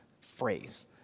phrase